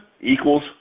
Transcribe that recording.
equals